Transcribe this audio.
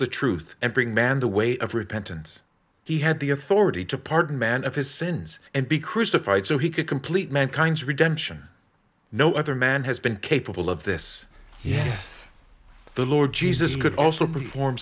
the truth and bring man the way of repentance he had the authority to pardon man of his sins and be crucified so he could complete mankind's redemption no other man has been capable of this yes the lord jesus could also perform